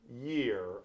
year